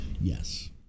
yes